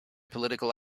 political